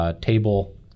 table